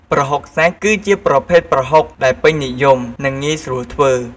ប្រហុកសាច់ គឺជាប្រភេទប្រហុកដែលពេញនិយម និងងាយស្រួលធ្វើ។